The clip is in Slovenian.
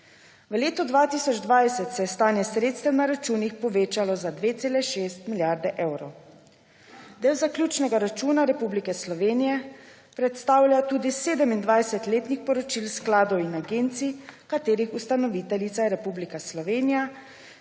V letu 2020 se je stanje sredstev na računih povečalo za 2,6 milijarde evrov. Del zaključnega računa Republike Slovenije predstavlja tudi 27 letnih poročil skladov in agencij, katerih ustanoviteljica je Republika Slovenija,